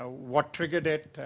ah what triggered it,